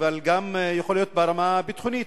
אבל גם יכול להיות ברמה הביטחונית.